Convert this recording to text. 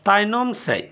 ᱛᱟᱭᱱᱚᱢ ᱥᱮᱫ